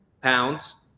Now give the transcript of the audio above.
pounds